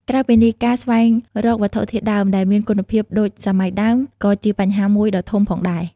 ក្រៅពីនេះ ការស្វែងរកវត្ថុធាតុដើម ដែលមានគុណភាពដូចសម័យដើម ក៏ជាបញ្ហាមួយដ៏ធំផងដែរ។